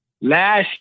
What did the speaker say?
Last